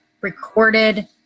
recorded